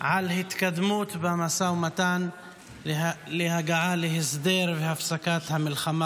על התקדמות במשא ומתן להגעה להסדר והפסקת המלחמה